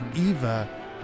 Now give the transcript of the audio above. Eva